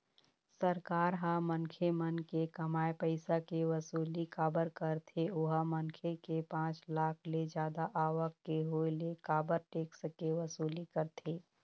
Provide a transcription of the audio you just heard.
सरकार ह मनखे मन के कमाए पइसा के वसूली काबर कारथे ओहा मनखे के पाँच लाख ले जादा आवक के होय ले काबर टेक्स के वसूली करथे?